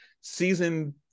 season